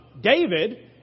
David